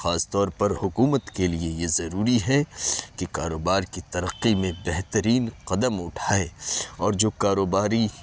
خاص طور پر حکومت کے لیے یہ ضروری ہے کہ کاروبار کی ترقی میں بہترین قدم اٹھائے اور جو کاروباری